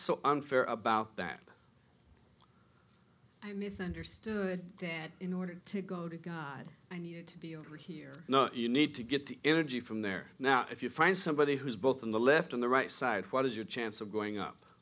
so unfair about that i misunderstood dead in order to go to god i need to be over here you need to get the energy from there now if you find somebody who's both on the left and the right side what is your chance of going up